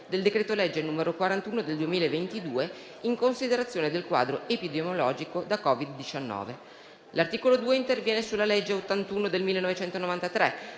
del decreto-legge n. 41 del 2022, in considerazione del quadro epidemiologico da Covid-19. L'articolo 2 interviene sulla legge n. 81 del 1993,